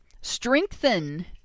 strengthen